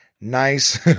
Nice